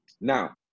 Now